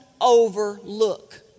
overlook